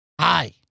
Hi